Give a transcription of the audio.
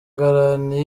garanti